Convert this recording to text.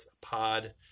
Pod